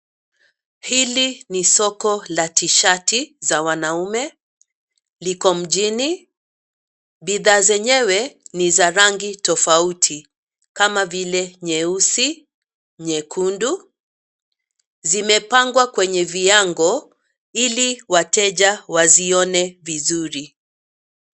Hili ni soko la tishati za wanaume, liko mjini, bidha zenyewe ni za rangi tofauti kama vile nyeusi, nyekundu, zimepangwa kwenye viango ili wateja wazione vizuri.